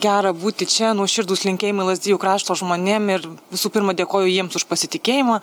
gera būti čia nuoširdūs linkėjimai lazdijų krašto žmonėm ir visų pirma dėkoju jiems už pasitikėjimą